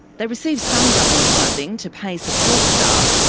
they receive some government funding to pay support staff,